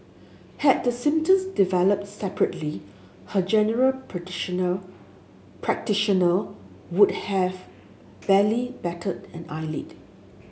had the symptoms develops separately her general practitioner would have barely batted an eyelid